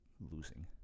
losing